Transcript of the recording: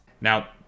now